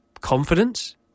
confidence